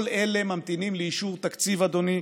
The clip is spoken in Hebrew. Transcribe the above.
כל אלה ממתינים לאישור תקציב, אדוני.